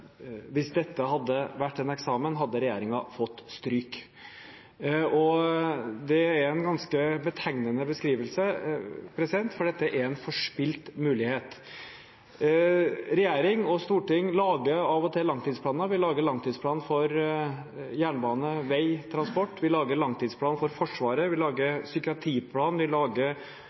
hvis dette hadde vært en eksamen, hadde regjeringen fått stryk. Det er en ganske betegnende beskrivelse, for dette er en forspilt mulighet. Regjering og storting lager av og til langtidsplaner – vi lager langtidsplaner for jernbane, vei og transport, vi lager langtidsplan for Forsvaret, vi